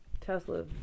Tesla